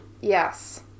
Yes